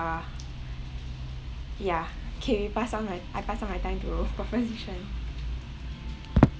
ya k pass on my I pass on my time to proposition